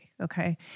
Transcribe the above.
okay